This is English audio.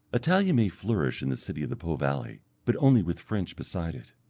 italian may flourish in the city of the po valley, but only with french beside it.